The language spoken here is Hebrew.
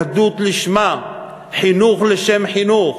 יהדות לשמה, חינוך לשם חינוך.